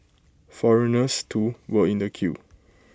foreigners too were in the queue